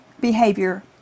behavior